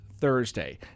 Thursday